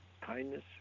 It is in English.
kindness